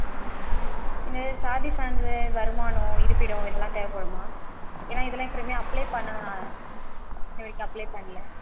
ஆ இந்த சாதி சான்றிதழ் வருமானம் இருப்பிடம் இதலெலாம் தேவைப்படுமா ஏனால் இதெலாம் இப்பறமே அப்ளே பண்ணணும் நான் இன்னே வரைக்கும் அப்ளே பண்ணல